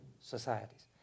societies